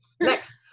Next